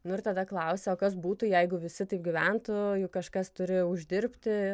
nu ir tada klausiau o kas būtų jeigu visi taip gyventų juk kažkas turi uždirbti